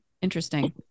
Interesting